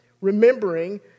remembering